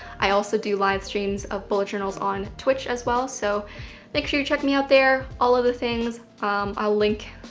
i also do live streams of bullet journals on twitch as well so make sure you check me out there. all of the things i'll link.